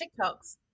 TikToks